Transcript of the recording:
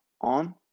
on